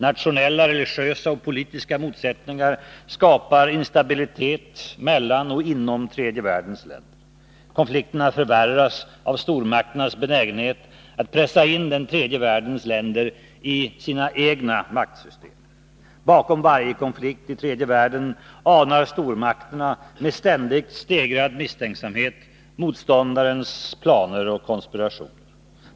Nationella, religiösa och politiska motsättningar skapar instabilitet mellan och inom tredje världens länder. Konflikterna förvärras av stormakternas benägenhet att pressa in den tredje världens länder i sina egna maktsystem. Bakom varje konflikt i tredje världen anar stormakterna, med ständigt stegrad misstänksamhet, motståndarnas planer och konspirationer.